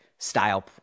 style